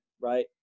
right